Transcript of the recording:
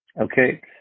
okay